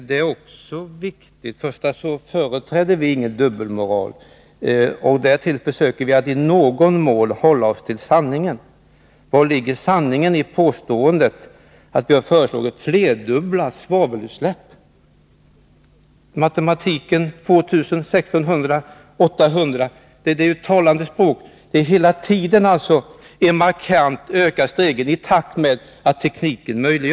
Herr talman! Vi företräder ingen dubbelmoral. Därtill försöker vi att i någon mån hålla oss till sanningen. Var ligger sanningen i påståendet att vi har föreslagit flerdubbla svavelutsläpp? Sifferserien 2 000, 1 600 resp. 800 ton svavel talar ju för sig själv. Det är hela tiden en markant förbättring i takt med att tekniken utvecklats.